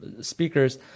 speakers